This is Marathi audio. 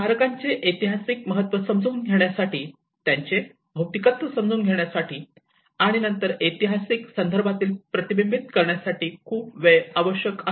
स्मारकांचे ऐतिहासिक महत्त्व समजून घेण्यासाठी तिचे भौतिकत्व समजून घेण्यासाठी आणि नंतर ऐतिहासिक संदर्भात प्रतिबिंबित करण्यासाठी खूप वेळ आवश्यक आहे